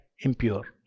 impure